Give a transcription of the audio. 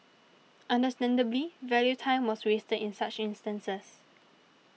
understandably value time was wasted in such instances